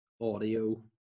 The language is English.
audio